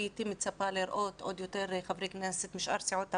הייתי מצפה לראות עוד יותר חברי כנסת משאר סיעות הבית,